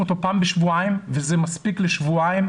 אותו פעם בשבועיים וזה מספיק לשבועיים,